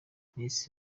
miss